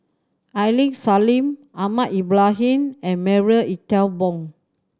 Aini Salim Ahmad Ibrahim and Marie Ethel Bong